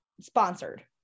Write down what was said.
sponsored